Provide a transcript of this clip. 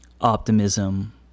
optimism